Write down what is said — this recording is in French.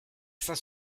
saint